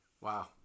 Wow